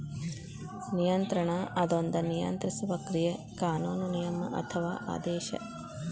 ನಿಯಂತ್ರಣ ಅದೊಂದ ನಿಯಂತ್ರಿಸುವ ಕ್ರಿಯೆ ಕಾನೂನು ನಿಯಮ ಅಥವಾ ಆದೇಶ